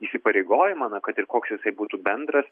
įsipareigojimą na kad ir koks jisai būtų bendras